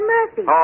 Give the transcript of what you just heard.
Murphy